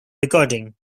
recording